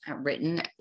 written